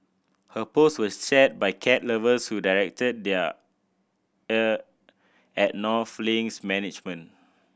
her post was shared by cat lovers who directed their ire at North Link's management